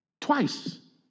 Twice